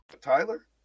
Tyler